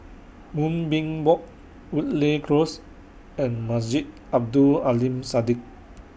Moonbeam Walk Woodleigh Close and Masjid Abdul Aleem Siddique